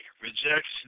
rejects